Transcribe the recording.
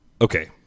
okay